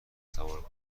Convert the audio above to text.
سوار